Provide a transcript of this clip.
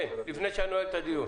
לפני שאני נועל את הדיון,